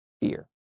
fear